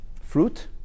Fruit